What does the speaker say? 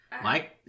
Mike